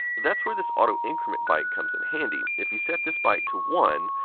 that's where this auto-increment byte comes in handy. if you set this byte to one,